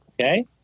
Okay